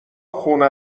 خونه